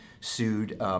sued